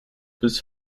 bis